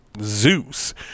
zeus